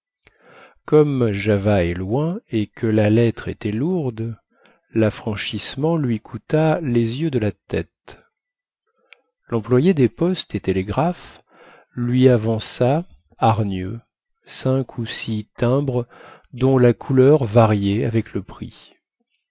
comme java est loin et que la lettre était lourde laffranchissement lui coûta les yeux de la tête lemployé des postes et télégraphes lui avança hargneux cinq ou six timbres dont la couleur variait avec le prix